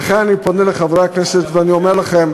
לכן אני פונה אל חברי הכנסת ואני אומר לכם,